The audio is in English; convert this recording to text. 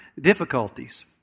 difficulties